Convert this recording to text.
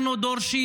אנחנו דורשים